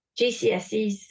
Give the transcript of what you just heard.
GCSEs